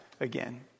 again